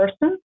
person